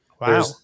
Wow